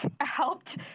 Helped